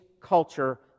culture